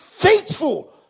faithful